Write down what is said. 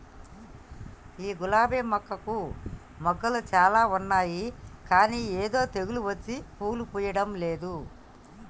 ఈ గులాబీ మొక్కకు మొగ్గలు చాల ఉన్నాయి కానీ ఏదో తెగులు వచ్చి పూలు పూయడంలేదు